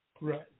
Right